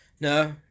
no